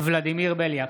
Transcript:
ולדימיר בליאק,